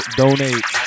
donate